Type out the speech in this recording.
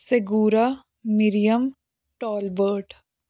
Segura Mirian Talbert